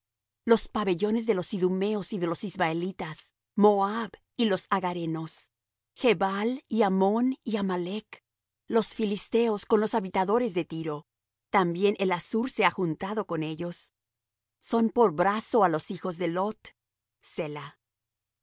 los pabellones de los idumeos y de los ismaelitas moab y los agarenos gebal y ammón y amalec los filisteos con los habitadores de tiro también el assur se ha juntado con ellos son por brazo á los hijos de lot